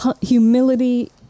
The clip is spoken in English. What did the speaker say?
humility